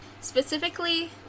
Specifically